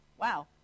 Wow